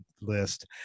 list